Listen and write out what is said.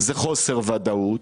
זה חוסר ודאות,